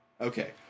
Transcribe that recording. Okay